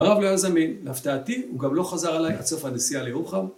הרב לא היה זמין. להפתעתי, הוא גם לא חזר אליי, עד סוף הנסיעה לירוחם.